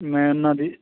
ਮੈਂ ਉਹਨਾਂ ਦੀ